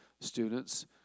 Students